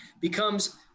becomes